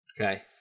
Okay